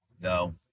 no